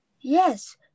Yes